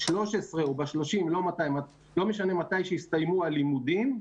ב-13 או ב-30 לא משנה, מתי שיסתיימו הלימודים,